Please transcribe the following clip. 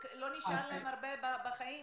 לא נשאר להם הרבה בחיים,